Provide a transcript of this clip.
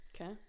Okay